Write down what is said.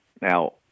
Now